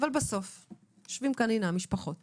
המשפחות